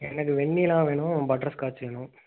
எனக்கு வெண்ணிலா வேணும் butterscotch வேணும்